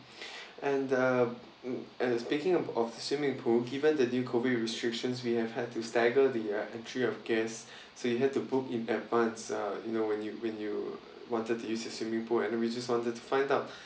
and uh and speaking of of swimming pool given the new COVID restrictions we have had to stagger the entry of guest so you have to book in advance uh you know when you when you wanted to use the swimming pool and we just wanted to find out